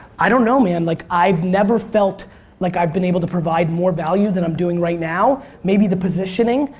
i don't know man like i've never felt like i've been able to provide more value than i'm doing right now. may be the positioning.